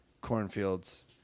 cornfields